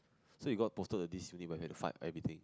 so you got posted to this unit but you have to fight everything